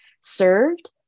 served